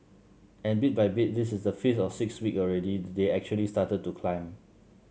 and bit by bit this is the fifth or sixth week already they actually started to climb